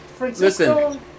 listen